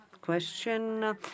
question